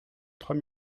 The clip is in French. trois